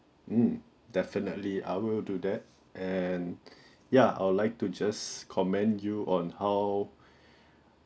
mm definitely I will do that and ya I would like to just commend you on how